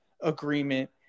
agreement